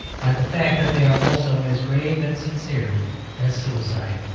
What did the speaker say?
by the fact that they are also as grave and sincere as suicide.